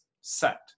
set